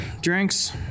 drinks